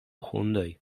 hundoj